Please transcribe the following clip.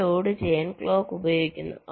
അവ ലോഡ് ചെയ്യാൻ ക്ലോക്ക് ഉപയോഗിക്കുന്നു